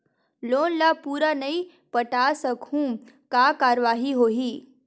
Loan ला पूरा नई पटा सकहुं का कारवाही होही?